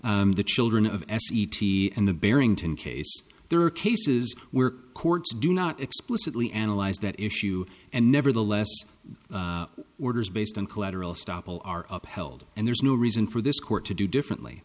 cases the children of s c t and the barrington case there are cases where courts do not explicitly analyze that issue and nevertheless orders based on collateral estoppel are upheld and there's no reason for this court to do differently